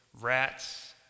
rats